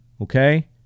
okay